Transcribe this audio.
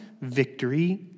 victory